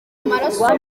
amaraso